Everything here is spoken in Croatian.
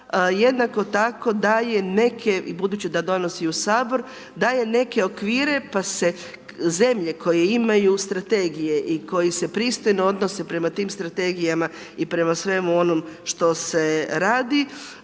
jednako tako daje neke budući da donosi u sabor, daje neke okvire pa se zemlje koje imaju strategije i koje se pristojno odnose prema tim strategijama i prema svemu onome što se radi,